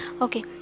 okay